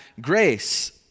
Grace